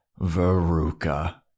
Veruca